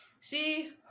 See